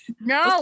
No